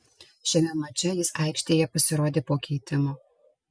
šiame mače jis aikštėje pasirodė po keitimo